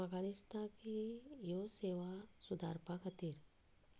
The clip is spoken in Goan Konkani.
म्हाका दिसता की ह्यो सेवा सुदारपा खातीर